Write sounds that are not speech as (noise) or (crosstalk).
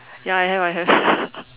ya I have I have (laughs)